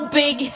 big